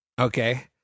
Okay